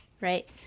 right